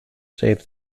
save